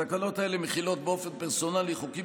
התקנות האלה מחילות באופן פרסונלי חוקים